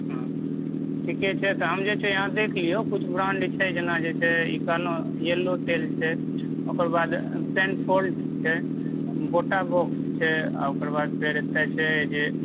हँ ठीके छै तऽ हम जे छै अहाँ जे छै देख लियौ कुछ ब्रांड छै जेना जे छै ई कहनौ येल्लो टेल छै ओकरबाद टेनफोल्ट छै बोटा बॉक्स छै ओकरबाद फेर एकटा छै जे